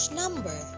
number